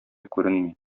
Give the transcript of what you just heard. күренми